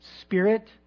spirit